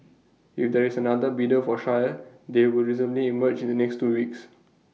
if there is another bidder for Shire they will reasonably emerge in the next two weeks